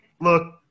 look